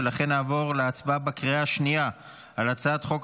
ולכן נעבור להצבעה בקריאה השנייה על הצעת חוק